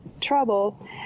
trouble